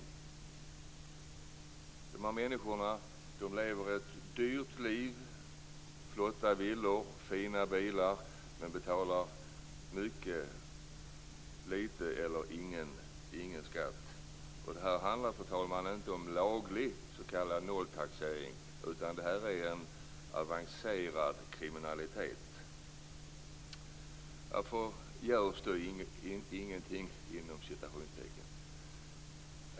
De här människorna lever ett dyrt liv. De har flotta villor och fina bilar. Men de betalar mycket litet skatt eller ingen skatt alls. Och det här handlar, fru talman, inte om laglig s.k. nolltaxering. Det här är en avancerad kriminalitet. Varför görs då - inom citationstecken - "ingenting"?